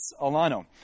Alano